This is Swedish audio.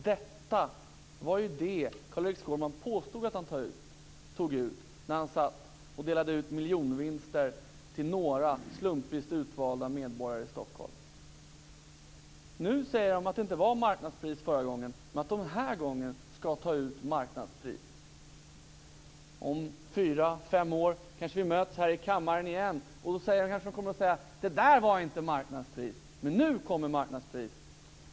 Detta var vad Carl-Erik Skårman påstod att han tog ut när han delade ut miljonvinster till några slumpvis utvalda medborgare i Stockholm. Nu säger man att det inte var marknadspris förra gången men att man den här gången skall ta ut marknadspris. Om fyra fem år kanske vi möts här i kammaren igen, och då kanske ni kommer att säga att det där inte var marknadspris, men nu är det marknadspris.